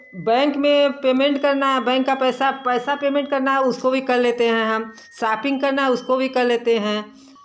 bank में payment करना है बैंक का पैसा पैसा पेमेंट करना है उसको भी कर लेते हैं हम सॉपिंग करना है उसको भी कर लेते हैं